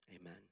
amen